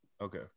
Okay